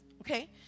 okay